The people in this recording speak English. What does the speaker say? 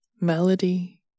Melody